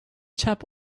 chap